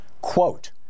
Quote